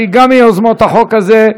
שגם היא מיוזמות החוק הזה,